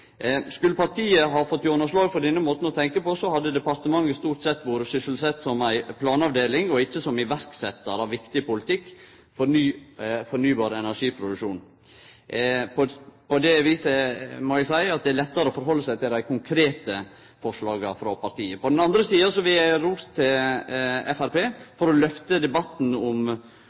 Skulle partiet ha fått gjennomslag for denne måten å tenkje på, hadde departementet stort sett vore sysselsett som ei planavdeling og ikkje som iverksetjar av viktig politikk for ny fornybar energiproduksjon. På det viset må eg seie at det er lettare å halde seg til dei konkrete forslaga frå partiet. På den andre sida vil eg gje ros til Framstegspartiet for å lyfte debatten om